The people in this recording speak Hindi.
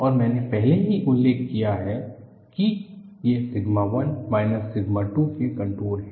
और मैंने पहले ही उल्लेख किया है कि ये सिग्मा 1 माइनस सिग्मा 2 के कंटूर हैं